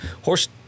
Horse